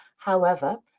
however,